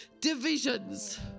divisions